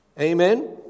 Amen